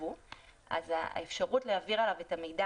שסורבו אז האפשרות להעביר עליו את המידע